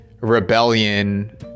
rebellion